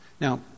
Now